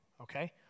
Okay